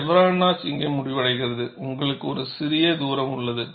chevron notch இங்கே முடிவடைகிறது உங்களுக்கு ஒரு சிறிய தூரம் உள்ளது